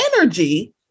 energy